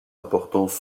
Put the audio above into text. importance